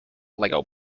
lego